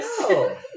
No